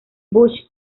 bush